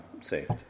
saved